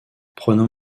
prenant